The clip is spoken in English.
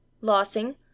Lossing